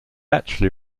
actually